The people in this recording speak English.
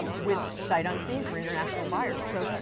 um with sight unseen for international buyers. so yes.